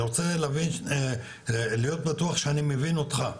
אני רוצה להיות בטוח שאני מבין אותך.